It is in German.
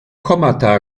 kommata